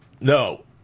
no